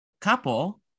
couple